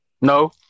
No